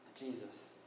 Jesus